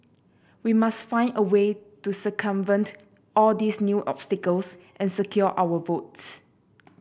we must find a way to circumvent all these new obstacles and secure our votes